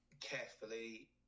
carefully